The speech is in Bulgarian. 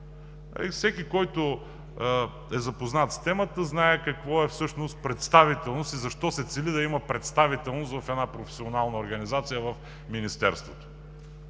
Всеки, който е запознат с темата, знае какво е всъщност представителност и защо се цели да има представителност в една професионална организация в Министерството.